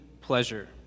pleasure